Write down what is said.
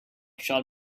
shall